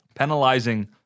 penalizing